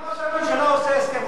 אם ראש הממשלה עושה הסכם,